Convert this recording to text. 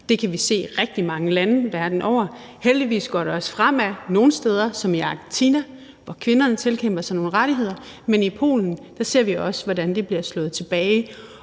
Det kan vi se i rigtig mange lande verden over. Heldigvis går det også nogle steder fremad, f.eks. i Argentina, hvor kvinderne har tilkæmpet sig nogle rettigheder. Men i Polen ser vi, hvordan de bliver slået tilbage,